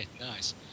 nice